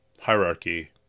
hierarchy